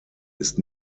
ist